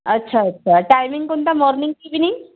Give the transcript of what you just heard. अच्छा अच्छा टायमिंग कोणता मॉर्निंग इव्हिनिंग